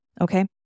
Okay